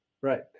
right